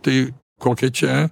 tai kokia čia